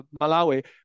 Malawi